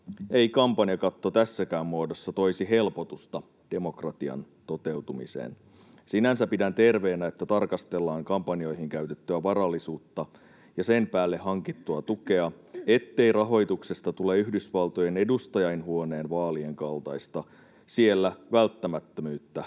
ei kampanjakatto tässäkään muodossa toisi helpotusta demokratian toteutumiseen. Sinänsä pidän terveenä, että tarkastellaan kampanjoihin käytettyä varallisuutta ja sen päälle hankittua tukea, ettei rahoituksesta tule Yhdysvaltojen edustajainhuoneen vaalien kaltaista välttämättömyyttä